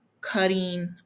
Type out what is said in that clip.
cutting